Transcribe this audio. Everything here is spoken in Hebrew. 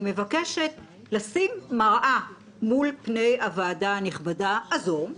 מבקשת לשים מראה מול פני הוועדה הנכבדה הזו.